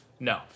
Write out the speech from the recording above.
No